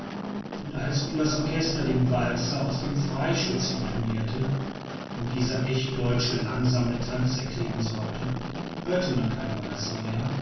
und als nun das orchester den walzer aus dem freischütz intonirte und dieser echt deutsche langsame tanz erklingen sollte hörte man keinen walzer mehr